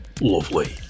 lovely